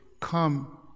Come